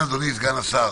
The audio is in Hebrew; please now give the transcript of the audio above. אדוני סגן השר,